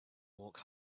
walk